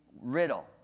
riddle